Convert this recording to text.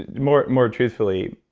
more more truthfully,